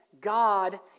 God